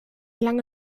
lange